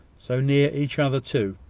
so near each other too!